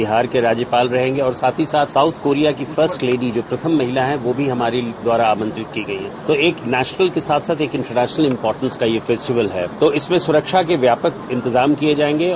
बिहार के राज्यपाल रहेंगे और साथ ही साथ साउथ कोरिया फ्रर्स्ट लेडी जो प्रथम महिला है वह भो हमारे द्वारा आमंत्रित की गई हैं तो एक नेशनल के साथ साथ एक इर्न्टरनेशनल इन्पोर्टेन्ट फेस्टिवेल है तो इसकी सुरक्षा के व्यापक इन्तजाम किये गये हैं